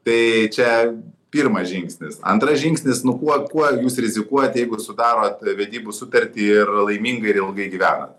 tai čia pirmas žingsnis antras žingsnis nu kuo kuo rizikuoti jeigu sudaro vedybų sutartį ir laimingai ir ilgai gyvena